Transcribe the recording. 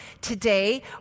today